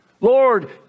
Lord